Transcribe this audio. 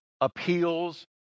appeals